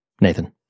Nathan